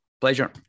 Pleasure